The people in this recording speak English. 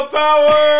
power